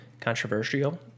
controversial